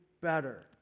better